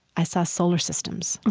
i saw solar systems.